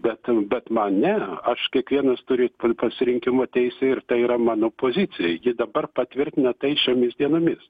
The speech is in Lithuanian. bet bet man ne aš kiekvienas turi pasirinkimo teisę ir tai yra mano pozicija ji dabar patvirtina tai šiomis dienomis